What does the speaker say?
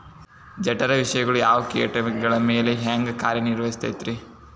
ಜಠರ ವಿಷಗಳು ಯಾವ ಕೇಟಗಳ ಮ್ಯಾಲೆ ಹ್ಯಾಂಗ ಕಾರ್ಯ ನಿರ್ವಹಿಸತೈತ್ರಿ?